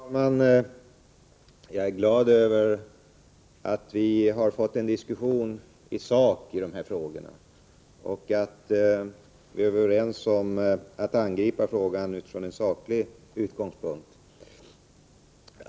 Herr talman! Jag är glad över att vi här har fått en saklig diskussion och att vi är överens om att angripa frågan från en saklig utgångspunkt.